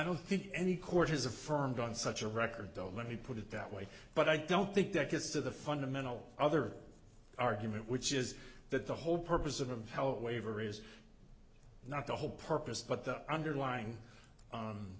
think any court is affirmed on such a record don't let me put it that way but i don't think that gets to the fundamental other argument which is that the whole purpose of how a waiver is not the whole purpose but the underlying